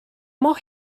mor